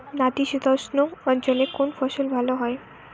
নাতিশীতোষ্ণ অঞ্চলে কোন ফসল ভালো হয়?